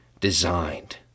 designed